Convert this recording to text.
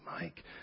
Mike